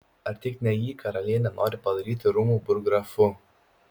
ar tik ne jį karalienė nori padaryti rūmų burggrafu